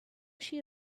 she